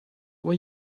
were